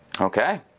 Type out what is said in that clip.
Okay